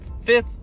fifth